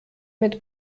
mit